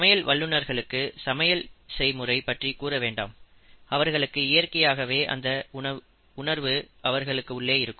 சமையல் வல்லுநகளுக்கு சமயல் செயல்முறை பற்றி கூற வேண்டாம் அவர்களுக்கு இயற்கையாகவே அந்த உணர்வு அவர்கள் உள்ளே இருக்கும்